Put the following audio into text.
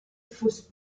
fausse